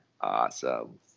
Awesome